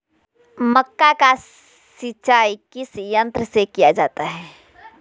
मक्का की सिंचाई किस यंत्र से किया जाता है?